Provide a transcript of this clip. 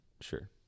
sure